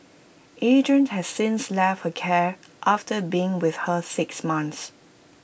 Adrian has since left her care after being with her six months